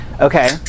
Okay